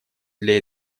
для